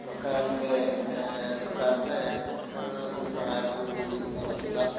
സർക്കാരിൻറ്റേ സർക്കാരിൻറ്റേ ഒരു സഹായത്തോടുകൂടി നടത്തുന്ന